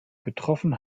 getroffen